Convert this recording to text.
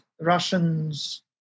Russians